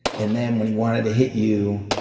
and then when he wanted to hit you,